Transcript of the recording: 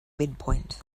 midpoint